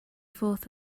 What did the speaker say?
forth